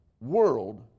world